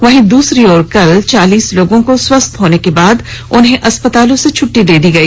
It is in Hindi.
वहीं दूसरी ओर कल चालीस लोगों को स्वस्थ होने के बाद अस्पतालों से छुट्डी दे दी गई